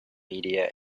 media